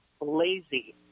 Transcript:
lazy